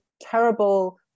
terrible